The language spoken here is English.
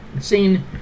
seen